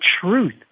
truth